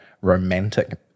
romantic